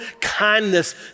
kindness